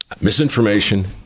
Misinformation